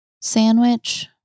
Sandwich